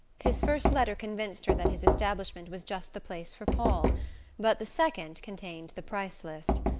his first letter convinced her that his establishment was just the place for paul but the second contained the price-list,